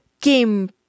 game